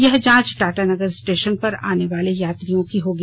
यह जांच टाटानगर स्टेशन पर आने वाले यात्रियों की होगी